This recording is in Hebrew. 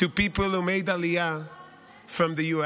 to people who made Aliyah from the US